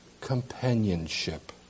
companionship